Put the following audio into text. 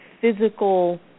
physical